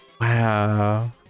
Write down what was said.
Wow